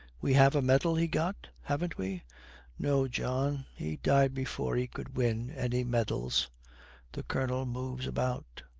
we have a medal he got, haven't we no, john he died before he could win any medals the colonel moves about,